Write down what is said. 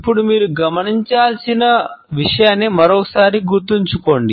ఇప్పుడు మీరు గమనించాల్సిన విషయాన్ని మరోసారి గుర్తుంచుకోండి